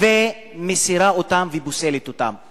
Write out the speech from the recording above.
ומסירה אותו ופוסלת אותו.